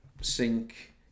sink